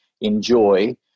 enjoy